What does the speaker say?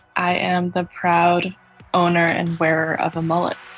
i am the proud owner and wearer of a mullet